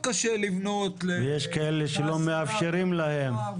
יש כאלה שלא מאפשרים להם.